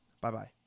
Bye-bye